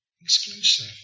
exclusive